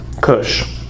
Kush